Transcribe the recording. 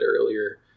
earlier